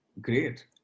Great